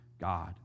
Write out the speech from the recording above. God